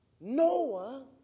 Noah